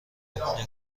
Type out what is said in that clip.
نگاه